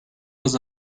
was